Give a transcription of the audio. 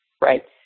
Right